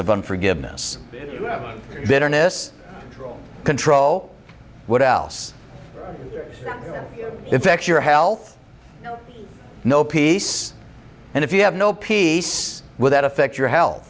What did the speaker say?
of unforgiveness bitterness control what else effects your health no peace and if you have no peace with that affect your health